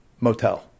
motel